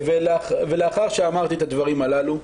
לאחר שאמרתי את הדברים הללו,